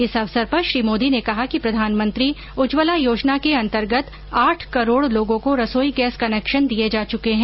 इस अवसर पर श्री मोदी ने कहा कि प्रधानमंत्री उज्जवला योजना के अंतर्गत आठ करोड़ लोगों को रसोई गैस कनेक्शन दिए जा चुके हैं